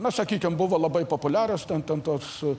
na sakykim buvo labai populiarios ten ten tos